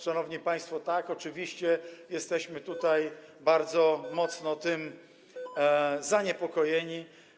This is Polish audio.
Szanowni państwo, tak, oczywiście, jesteśmy bardzo mocno tym zaniepokojeni.